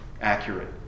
accurate